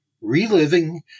Reliving